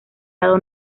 lado